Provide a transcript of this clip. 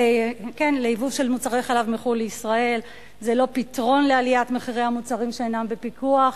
זה לא פתרון לעליית מחירי המוצרים שאינם בפיקוח,